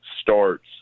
starts